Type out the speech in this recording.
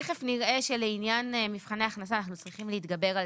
תיכף נראה שלעניין מבחני ההכנסה אנחנו צריכים להתגבר על